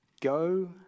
go